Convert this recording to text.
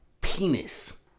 penis